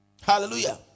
Hallelujah